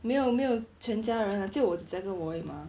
没有没有全家人 lah 就我姐姐跟我而已 mah